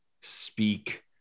speak